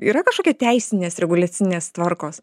yra kažkokia teisinės reguliacinės tvarkos